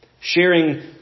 sharing